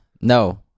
No